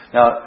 Now